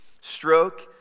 stroke